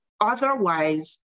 otherwise